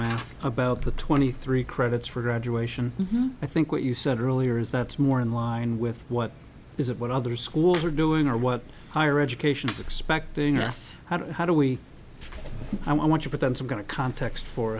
math about the twenty three credits for graduation i think what you said earlier is that's more in line with what is of what other schools are doing or what higher education is expecting us how do how do we i want to put them some going to context for